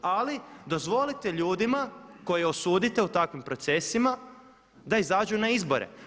Ali dozvolite ljudima koje osudite u takvim procesima da izađu na izbore.